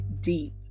deep